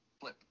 flip